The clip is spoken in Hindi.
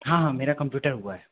हाँ हाँ मेरा कंप्यूटर हुआ है